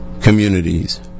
communities